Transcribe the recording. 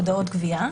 הודעות גבייה),